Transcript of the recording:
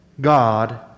God